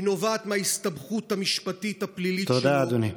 היא נובעת מההסתבכות המשפטית הפלילית שלו,